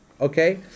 okay